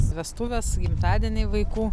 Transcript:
vestuvės gimtadieniai vaikų